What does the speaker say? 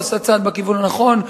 הוא עשה צעד בכיוון הנכון,